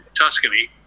Tuscany